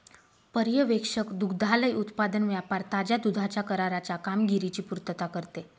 पर्यवेक्षण दुग्धालय उत्पादन व्यापार ताज्या दुधाच्या कराराच्या कामगिरीची पुर्तता करते